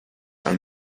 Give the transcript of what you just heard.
are